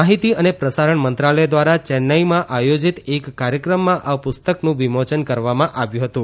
માહિતી અને પ્રસારણ મંત્રાલય દ્વારા ચેન્નાઈમાં આઘોજીત એક કાર્યક્રમમાં આ પુસ્તકનું વિમોચન કરવામાં આવ્યું હતું